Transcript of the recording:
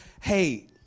hey